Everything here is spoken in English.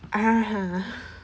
(uh huh)